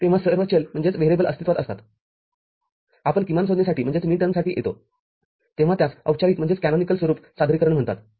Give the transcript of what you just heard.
जेव्हा सर्व चल अस्तित्त्वात असतात आपण किमानसंज्ञेवरती येतोतेव्हा त्यास औपचारिक स्वरूप सादरीकरण म्हणतात